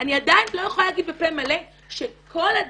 אני עדיין לא יכולה להגיד בפה מלא שכל אדם,